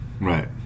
Right